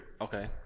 Okay